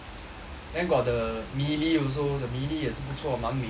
then got the melee also the melee 也是不错蛮美